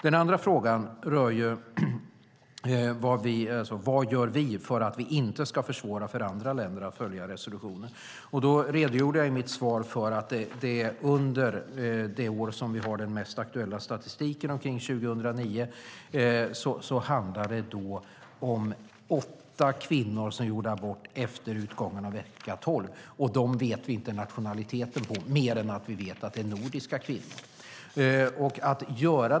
Den andra frågan rör vad vi gör för att vi inte ska försvåra för andra länder att följa resolutionen. Jag redogjorde i mitt svar för att det under 2009, som vi har den mest aktuella statistiken för, handlar om åtta kvinnor som gjorde abort efter utgången av vecka tolv. Vi vet inte nationaliteten på dessa kvinnor. Vi vet bara att det är nordiska kvinnor.